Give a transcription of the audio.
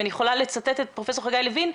אני יכולה לצטט את פרופסור חגי לוין,